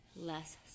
less